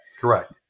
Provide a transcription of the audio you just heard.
Correct